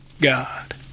God